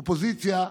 אופוזיציה,